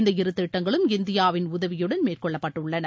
இந்த இரு திட்டங்களும் இந்தியாவின் உதவியுடன் மேற்கொள்ளப்பட்டுள்ளன